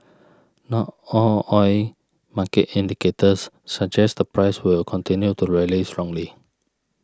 not all oil market indicators suggest the price will continue to rally strongly